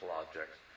objects